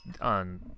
on